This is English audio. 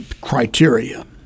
criteria